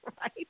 Right